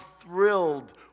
thrilled